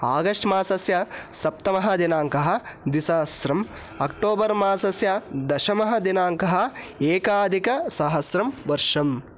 आगस्ट्मासस्य सप्तमः दिनाङ्कः द्विसहस्रम् अक्टोबर्मासस्य दशमः दिनाङ्कः एकाधिकसहस्रं वर्षम्